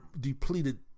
depleted